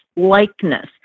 Likeness